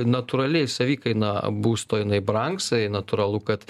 natūraliai savikaina būsto jinai brangs natūralu kad